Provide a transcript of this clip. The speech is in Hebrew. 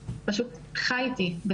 בתוך הבית ומחוץ לבית.